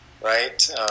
right